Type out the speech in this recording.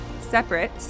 separate